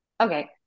Okay